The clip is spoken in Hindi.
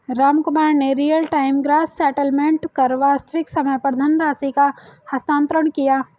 रामकुमार ने रियल टाइम ग्रॉस सेटेलमेंट कर वास्तविक समय पर धनराशि का हस्तांतरण किया